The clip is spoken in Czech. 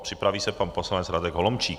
Připraví se pan poslanec Radek Holomčík.